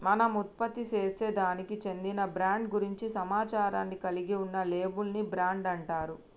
మనం ఉత్పత్తిసేసే దానికి చెందిన బ్రాండ్ గురించి సమాచారాన్ని కలిగి ఉన్న లేబుల్ ని బ్రాండ్ అంటారు